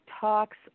talks